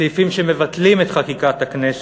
סעיפים שמבטלים את חקיקת הכנסת,